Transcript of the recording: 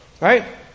right